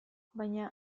baina